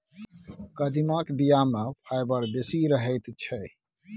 कदीमाक बीया मे फाइबर बेसी रहैत छै